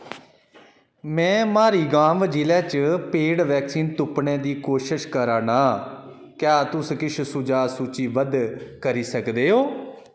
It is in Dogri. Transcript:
मैं मारीगांव जि'ले च पेड वैक्सीन तुप्पने दी कोशश करा नां क्या तुस किश सुझाऽ सूचीबद्ध करी सकदे ओ